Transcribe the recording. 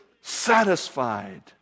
satisfied